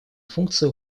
функция